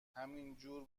همینجور